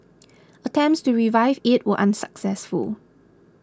attempts to revive it were unsuccessful